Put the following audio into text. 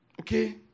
Okay